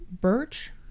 Birch